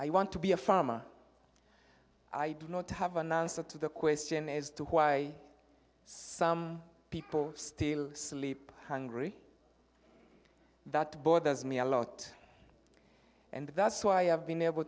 i want to be a farmer i do not have an answer to the question as to why some people still sleep hungry that bothers me a lot and that's why i have been able